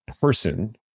person